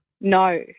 No